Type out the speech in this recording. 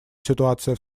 ситуация